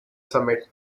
summit